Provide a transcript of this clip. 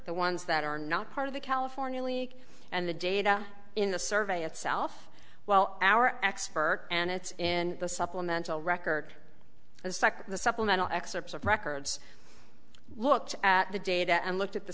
the ones that are not part of the california leak and the data in the survey itself well our expert and it's in the supplemental record as the supplemental excerpts of records looked at the data and looked at the